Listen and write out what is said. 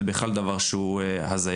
זה בכלל דבר שהוא הזייה.